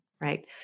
right